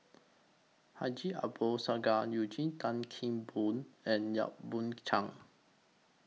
Haji Ambo Sooloh Eugene Tan Kheng Boon and Yap Boon Chuan